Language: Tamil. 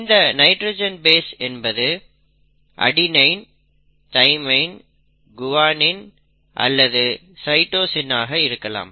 இந்த நைட்ரஜன் பேஸ் என்பது அடெனின் தைமைன் குவானின் அல்லது சைட்டோசின் ஆக இருக்கலாம்